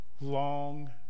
long